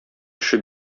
эше